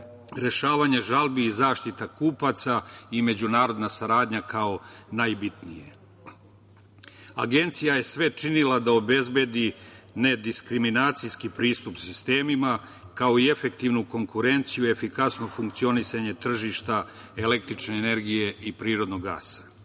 rešavanje žalbi i zaštita kupaca i međunarodna saradnja kao najbitnije. Agencija je sve činila da obezbedi nediskriminacijski pristup sistemima, kao i efektivnu konkurenciju i efikasno funkcionisanje tržišta električne energije i prirodnog